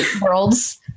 worlds